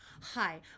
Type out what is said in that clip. hi